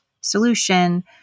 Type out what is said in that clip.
solution